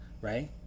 Right